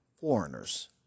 Foreigners